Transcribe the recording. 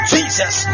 Jesus